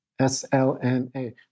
S-L-N-A